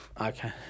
Okay